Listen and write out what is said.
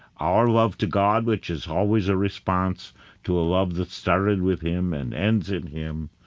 our love to god, which is always a response to a love that started with him and ends in him.